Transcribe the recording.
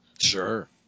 Sure